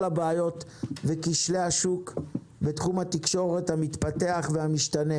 הבעיות וכשלי השוק בתחום התקשורת המפתח והמשתנה.